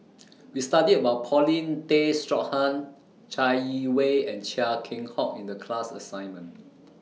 We studied about Paulin Tay Straughan Chai Yee Wei and Chia Keng Hock in The class assignment